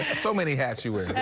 so many hats you wear.